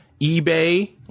eBay